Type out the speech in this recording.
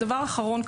דבר אחרון.